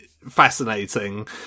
fascinating